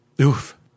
Oof